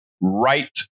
right